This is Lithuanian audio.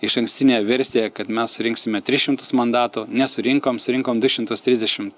išankstinė versija kad mes surinksime tris šimtus mandatų nesurinkom surinkom du šimtus trisdešim